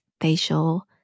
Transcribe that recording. facial